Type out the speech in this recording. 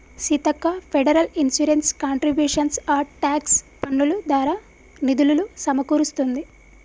Seethakka federal insurance contributions act tax పన్నులు దారా నిధులులు సమకూరుస్తుంది